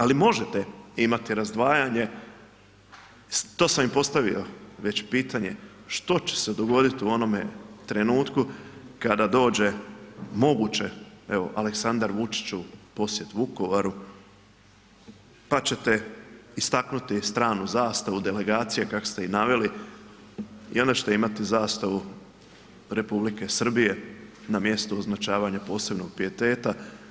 Ali možete imati razdvajanje, to sam i postavio već pitanje, što će se dogoditi u onome trenutku kada dođe moguće evo Aleksandar Vučić u posjet Vukovaru pa ćete istaknuti stranu zastavu delegacije kako ste ih naveli i onda ćete imati zastavu Republike Srbije na mjestu označavanja posebnog pijeteta.